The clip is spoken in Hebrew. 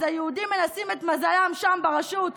אז היהודים מנסים את מזלם שם ברשות,